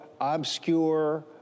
obscure